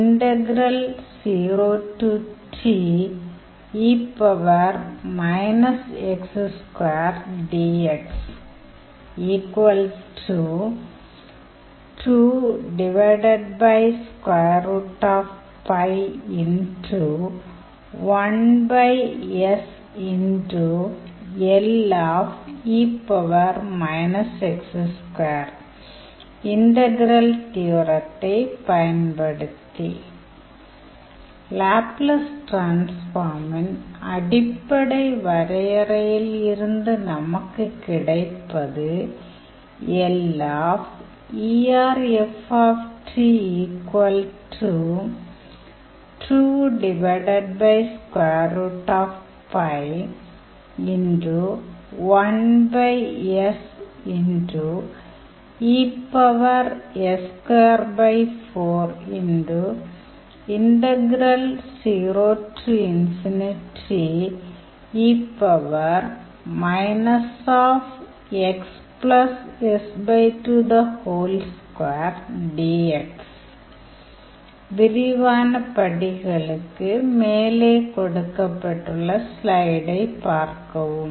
integral தியோரத்தைப் பயன்படுத்தி Laplace டிரான்ஸ்ஃபார்மின் அடிப்படை வரையறையில் இருந்து நமக்குக் கிடைப்பது விரிவான படிகளுக்கு மேலே கொடுக்கப்பட்டுள்ள ஸ்லைடை பார்க்கவும்